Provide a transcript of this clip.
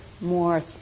more